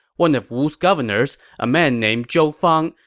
one of wu's governors, a man named zhou fang,